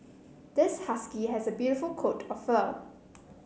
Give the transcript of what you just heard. this husky has a beautiful coat of fur